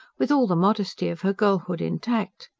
with all the modesty of her girlhood intact.